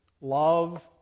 love